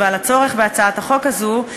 להצביע על החשיבות ועל הצורך בהצעת החוק הזאת.